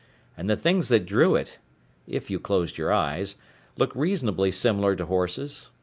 and the things that drew it if you closed your eyes looked reasonably similar to horses.